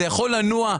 זה יכול לנוע,